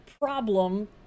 problem